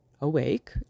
awake